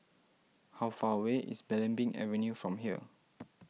how far away is Belimbing Avenue from here